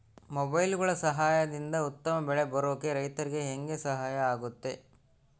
ಮೊಬೈಲುಗಳ ಸಹಾಯದಿಂದ ಉತ್ತಮ ಬೆಳೆ ಬರೋಕೆ ರೈತರಿಗೆ ಹೆಂಗೆ ಸಹಾಯ ಆಗುತ್ತೆ?